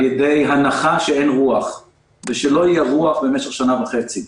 ידי הנחה שאין רוח ושלא תהיה רוח במשך שנה וחצי.